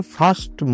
first